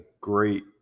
great